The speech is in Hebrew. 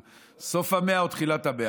מסוף ה-100 או מתחילת ה-100,